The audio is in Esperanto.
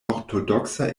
ortodoksa